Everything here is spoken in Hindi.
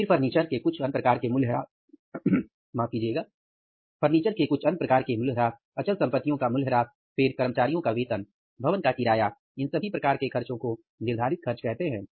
फिर फर्नीचर के कुछ अन्य प्रकार के मूल्यह्रास अचल संपत्तियों का मूल्यह्रास फिर कर्मचारियों का वेतन भवन का किराया इन सभी प्रकार के खर्चे को निर्धारित खर्च कहते हैं